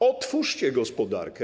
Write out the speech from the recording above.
Otwórzcie gospodarkę.